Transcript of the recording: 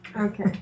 Okay